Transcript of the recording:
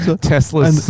Tesla